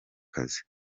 kazi